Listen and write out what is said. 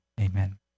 Amen